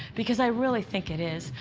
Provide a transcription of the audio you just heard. because i really think it is.